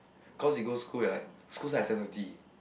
cause you go school at like school start at seven thirty